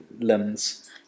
limbs